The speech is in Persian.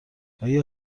آیا